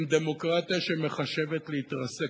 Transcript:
עם דמוקרטיה שמחשבת להתרסק,